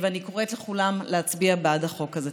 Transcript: ואני קוראת לכולם להצביע בעד החוק הזה.